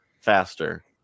faster